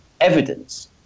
evidence